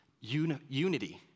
Unity